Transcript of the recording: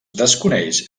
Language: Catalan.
desconeix